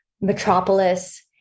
metropolis